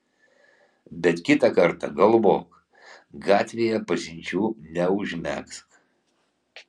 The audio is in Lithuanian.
bet kitą kartą galvok gatvėje pažinčių neužmegzk